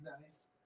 nice